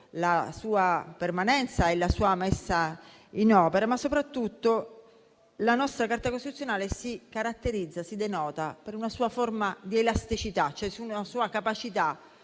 la sua permanenza e la sua messa in opera. Soprattutto la nostra Carta costituzionale si caratterizza per la sua elasticità, cioè per la sua capacità